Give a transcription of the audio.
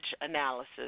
analysis